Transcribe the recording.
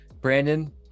brandon